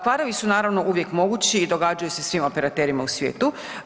Kvarovi su naravno uvijek mogući i događaju se svim operaterima u svijetu.